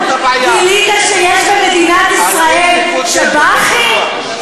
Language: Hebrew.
גילית שיש במדינת ישראל שב"חים?